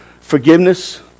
Forgiveness